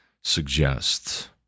suggest